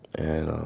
and,